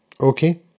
Okay